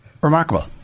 remarkable